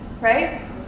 right